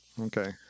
Okay